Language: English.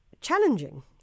challenging